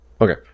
okay